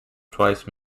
twice